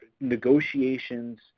negotiations